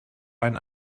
ein